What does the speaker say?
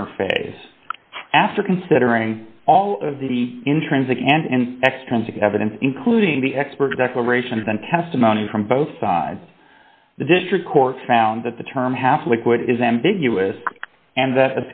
interphase after considering all of the intrinsic and extrinsic evidence including the expert declarations and testimony from both sides the district court found that the term half liquid is ambiguous and th